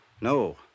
No